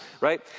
right